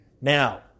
Now